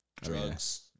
drugs